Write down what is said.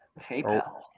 PayPal